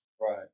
Right